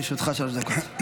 לרשותך שלוש דקות.